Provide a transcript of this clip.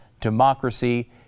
democracy